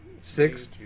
six